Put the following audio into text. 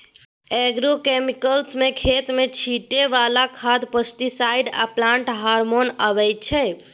agrochemicals मे खेत मे छीटय बला खाद, पेस्टीसाइड आ प्लांट हार्मोन अबै छै